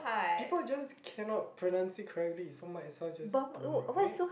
people just cannot pronounce it correctly so might as well just don't right